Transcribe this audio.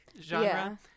genre